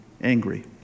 angry